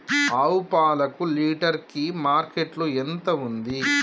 ఆవు పాలకు లీటర్ కి మార్కెట్ లో ఎంత ఉంది?